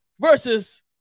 versus